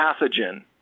pathogen